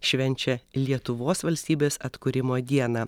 švenčia lietuvos valstybės atkūrimo dieną